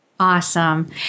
Awesome